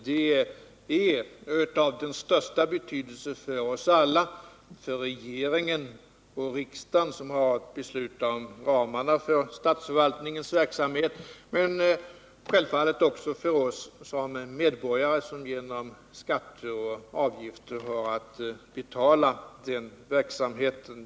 Det är av största betydelse för oss alla — för regeringen och riksdagen, som har att besluta om ramarna för statsförvaltningens verksamhet, men självfallet också för oss som medborgare, som genriom skatter och avgifter får betala verksamheten.